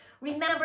Remember